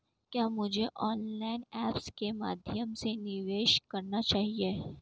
क्या मुझे online apps के माध्यम से निवेश करना चाहिए?